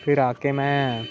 फिर आके में